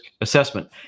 assessment